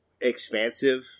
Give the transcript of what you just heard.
expansive